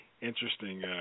interesting